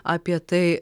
apie tai